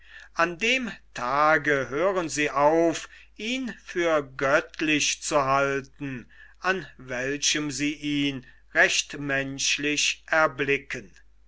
an dem tage hören sie auf ihn für göttlich zu halten an welchem sie ihn recht menschlich erblicken